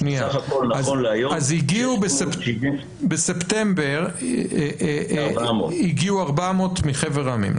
סך הכול נכון להיום 675. אז הגיעו בספטמבר 400 מחבר העמים,